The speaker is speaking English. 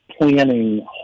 planning